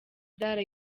that